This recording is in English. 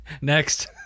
Next